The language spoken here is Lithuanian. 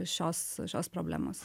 šios šios problemos